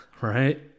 right